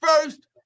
first